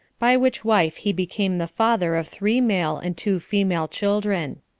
by which wife he became the father of three male and two female children.